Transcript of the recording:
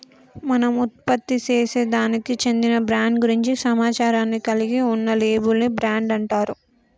మనం ఉత్పత్తిసేసే దానికి చెందిన బ్రాండ్ గురించి సమాచారాన్ని కలిగి ఉన్న లేబుల్ ని బ్రాండ్ అంటారు